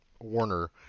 Warner